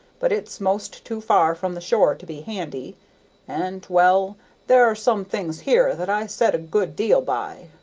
but it's most too far from the shore to be handy and well there are some things here that i set a good deal by.